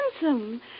handsome